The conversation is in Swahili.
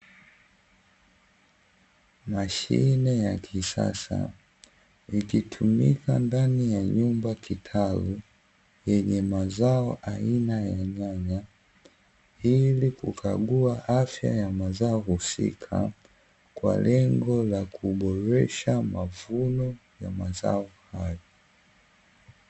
Mashine ya kisasa ikitumika ndani ya nyumba kitalu yenye mazao aina ya nyanya, ili kukagua afya ya mazao husika kwa lengo la kuboresha mavuno ya mazao hayo.